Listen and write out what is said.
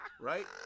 right